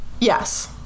yes